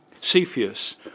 Cepheus